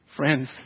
Friends